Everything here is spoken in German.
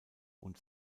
und